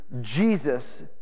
Jesus